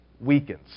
weakens